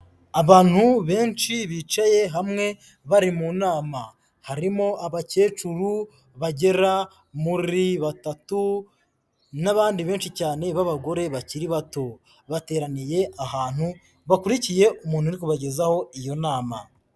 Abantu benshi bicaye hamwe bari mu nama, harimo abakecuru bagera muri batatu n'abandi benshi cyane b'abagore bakiri bato bateraniye ahantu bakurikiye umuntu uri kubagezaho iyo nama.